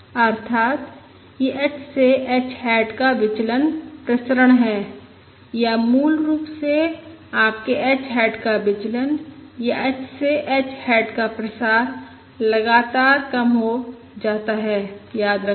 अर्थात यह h से h हैट का विचलन प्रसरण है या मूल रूप से आपके h हैट का विचलन या h से h हैट का प्रसार लगातार कम हो जाता है याद रखें